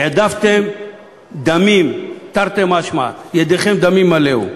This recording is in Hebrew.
העדפתם דמים, תרתי משמע, ידיכם דמים מלאו.